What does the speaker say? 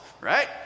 right